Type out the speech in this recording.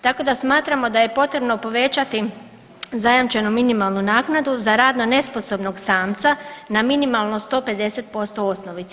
Tako da smatramo da je potrebno povećati zajamčenu minimalnu naknadu za radno nesposobnog samca na minimalno 150% osnovice.